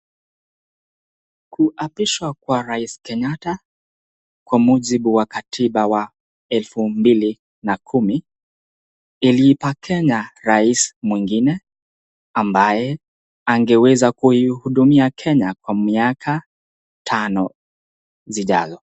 Kuapishwa kwa rais Kenyatta kwa mujibu wa katiba wa elfu mbili na kumi, iliipa kenya rais mwingine ambaye angeweza kuihudumia kenya kwa miaka tano zijazo.